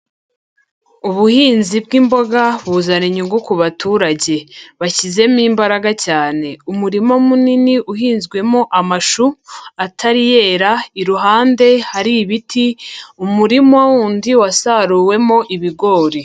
Ubuhinzi bw'imboga buzana inyungu ku baturage, bashyizemo imbaraga cyane. Umurima munini uhinzwemo amashu atari yera, iruhande hari ibiti. Umurima wundi wasaruwemo ibigori.